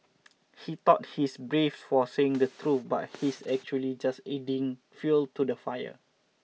he thought he's brave for saying the truth but he's actually just adding fuel to the fire